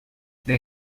they